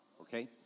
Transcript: okay